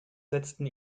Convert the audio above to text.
setzten